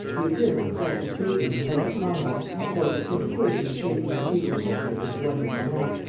the appearance of francis bacon in the house of commons affords a fit occasion of tracing the previous history of this wonderful man,